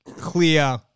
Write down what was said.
clear